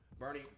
Bernie